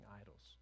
idols